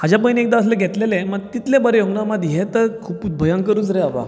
हाच्या पयलीं एकदां असले घेतलेले मात तितले बरे येवंक ना मात हे तर खूब भयंकरच रे बाबा